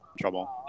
trouble